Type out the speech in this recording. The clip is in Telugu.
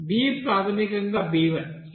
b ప్రాథమికంగా b1